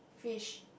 fish